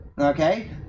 okay